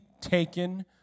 taken